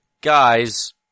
guys